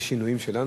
יש שינויים שלנו?